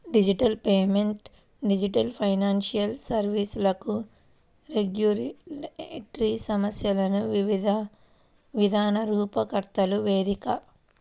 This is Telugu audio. డిజిటల్ పేమెంట్ డిజిటల్ ఫైనాన్షియల్ సర్వీస్లకు రెగ్యులేటరీ సమస్యలను విధాన రూపకర్తల వేదిక